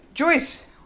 Joyce